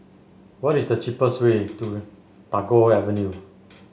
what is the cheapest way to Tagore Avenue